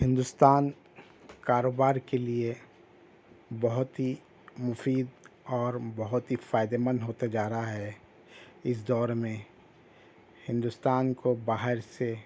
ہندوستان کاروبار کے لیے بہت ہی مفید اور بہت ہی فائدہ مند ہوتا جا رہا ہے اس دور میں ہندوستان کو باہر سے